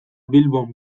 bilbon